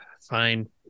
Fine